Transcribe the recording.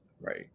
right